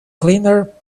cleaner